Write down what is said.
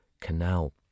Canal